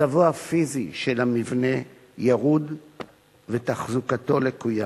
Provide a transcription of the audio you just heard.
מצבו הפיזי של המבנה ירוד ותחזוקתו לקויה.